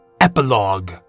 Epilogue